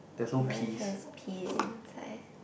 mine has peas inside